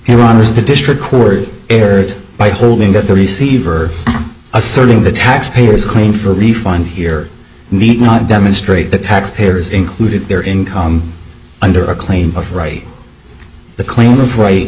runners the district court ordered by holding that the receiver asserting the taxpayers claim for a refund here need not demonstrate that taxpayers included their income under a claim of right the claim of right